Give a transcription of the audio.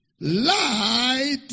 Light